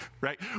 right